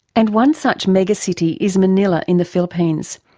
and one such mega-city is manila in the philippines.